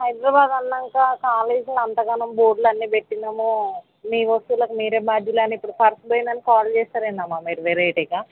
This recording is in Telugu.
హైదరాబాద్ అన్నాక కాలేజీలో అంతగణం బోర్డులు అన్ని పెట్టినాము మీ వస్తువులకు మీరే బాధ్యులని ఇప్పుడు పర్సు పోయిందని కాల్ చేస్తారు ఏంటమ్మా మీరు వెరైటీగా